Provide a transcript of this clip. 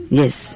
yes